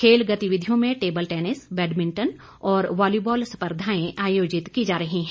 खेल गतिविधियों में टेबल टेनिस बैडमिंटन और वॉलीबॉल स्पर्धाएं आयोजित की जा रही हैं